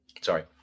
sorry